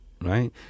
right